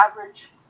average